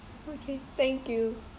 okay thank you